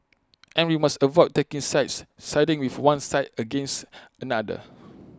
and we must avoid taking sides siding with one side against another